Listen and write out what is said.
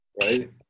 Right